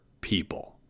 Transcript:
people